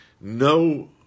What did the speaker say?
no